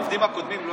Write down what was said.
העובדים הקודמים,